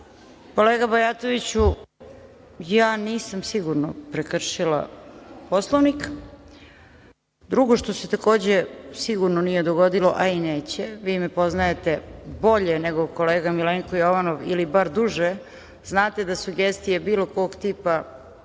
Kolega Bajatoviću, ja nisam sigurno prekršila Poslovnik. Drugo, što se takođe sigurno nije dogodilo, a i neće, vi me poznajete bolje nego kolega Milenko Jovanov, ili bar duže, znate da sugestije bilo kog tipa